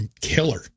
killer